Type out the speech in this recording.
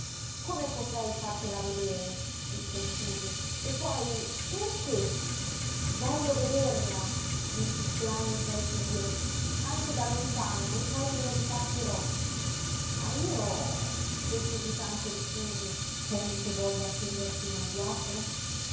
come potrei fartela vedere disse il furri e poi perché voglio vederla insisté anny tra i singhiozzi anche da lontano e poi me ne ripartirò ma io fece esitante il furri temi che voglia tenderti un agguato